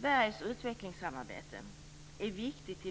Sveriges utvecklingssamarbete är i dag viktigt